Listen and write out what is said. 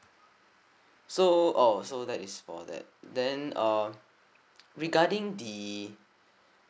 so orh so that is for that then uh regarding the